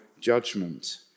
judgment